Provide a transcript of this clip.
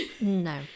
No